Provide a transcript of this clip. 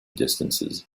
distances